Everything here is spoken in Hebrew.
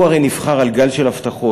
הוא הרי נבחר על גל של הבטחות,